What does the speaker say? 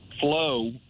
flow